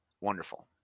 wonderful